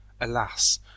alas